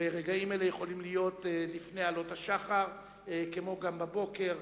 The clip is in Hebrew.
ורגעים אלה יכולים להיות לפני עלות השחר כמו גם בבוקר,